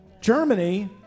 Germany